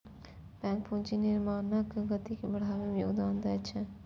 bank पूंजी निर्माणक गति के बढ़बै मे योगदान दै छै